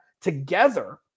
together